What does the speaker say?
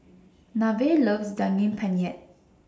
Nevaeh loves Daging Penyet